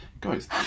guys